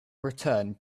return